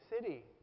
city